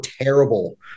terrible